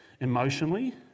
emotionally